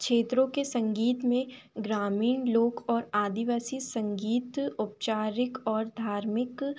क्षेत्रों के संगीत में ग्रामीण लोक और आदिवासी संगीत औपचारिक और धार्मिक